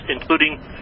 including